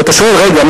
ואתה שואל: רגע,